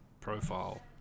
profile